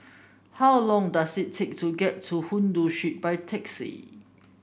how long does it take to get to Hindoo by taxi